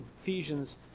Ephesians